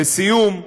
לסיום,